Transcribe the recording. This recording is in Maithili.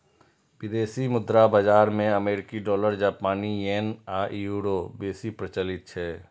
विदेशी मुद्रा बाजार मे अमेरिकी डॉलर, जापानी येन आ यूरो बेसी प्रचलित छै